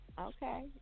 Okay